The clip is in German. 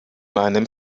meinem